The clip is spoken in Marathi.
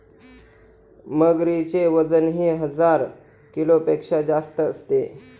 मगरीचे वजनही हजार किलोपेक्षा जास्त असते